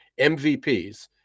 mvps